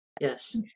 Yes